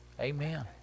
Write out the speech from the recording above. amen